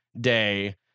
day